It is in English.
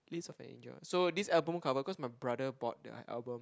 Lips-of-an-Angel so this album cover cause my brother bought the album